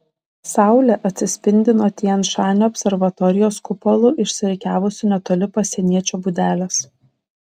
saulė atsispindi nuo tian šanio observatorijos kupolų išsirikiavusių netoli pasieniečio būdelės